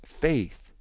faith